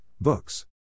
Books